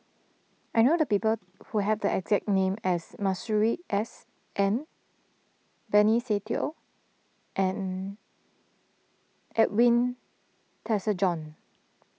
I know the people who have the exact name as Masuri S N Benny Se Teo and Edwin Tessensohn